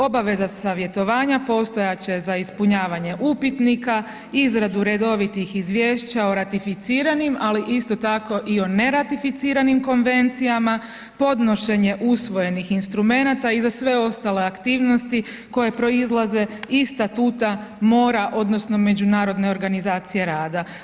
Obaveza savjetovanja postojati će za ispunjavanje upitnika, izradu redovitih izvješća o ratificiranim ali isto tako i o neratificiranim konvencijama, podnošenje usvojenih instrumenata i za sve ostale aktivnosti koje proizlaze iz statuta mora odnosno Međunarodne organizacije rada.